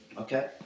okay